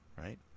right